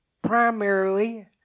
primarily